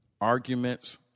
Arguments